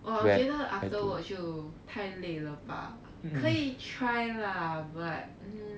oh 我觉得 after work 就太累了吧可以 try lah but